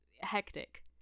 hectic